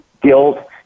guilt